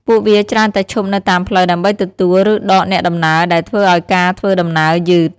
ពួកវាច្រើនតែឈប់នៅតាមផ្លូវដើម្បីទទួលឬដកអ្នកដំណើរដែលធ្វើឱ្យការធ្វើដំណើរយឺត។